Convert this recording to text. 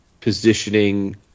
positioning